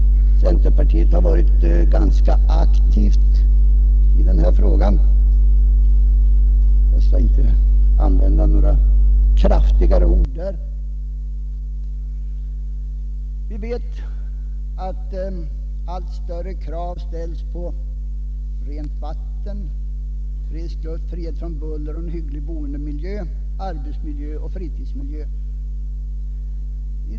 Centerpartiet har varit ganska aktivt på detta område — jag skall inte använda några kraftigare ord härvidlag. Vi vet att allt större krav ställs på rent vatten, frisk luft, frihet från buller och en hygglig boendemiljö, arbetsmiljö och fritidsmiljö.